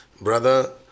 brother